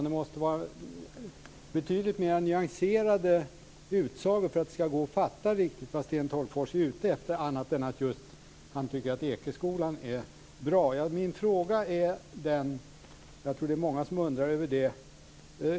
Det måste vara betydligt mer nyanserade utsagor för att det ska gå fatta vad Sten Tolgfors är ute efter annat än att han tycker att Ekeskolan är bra. Jag har en fråga, och jag tror att det är många som undrar över det.